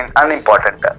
unimportant